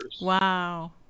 Wow